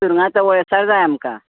सुरंगाचो वळेसर जाय आमकां